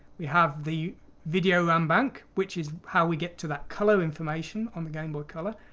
we have the video ram bank which is how we get to that color information on the gameboy color,